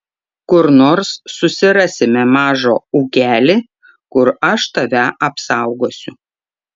kur nors susirasime mažą ūkelį kur aš tave apsaugosiu